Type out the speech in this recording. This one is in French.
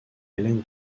ellen